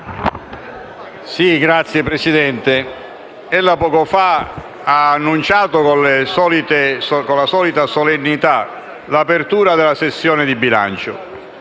Signor Presidente, ella poco fa ha annunciato con la solita solennità l'apertura della sessione di bilancio;